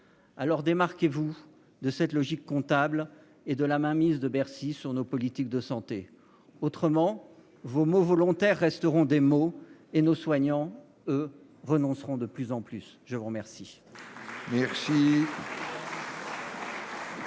soins. Démarquez-vous de cette logique comptable et de la mainmise de Bercy sur nos politiques de santé. À défaut, vos propos volontaires resteront des mots, et nos soignants, eux, renonceront de plus en plus. La parole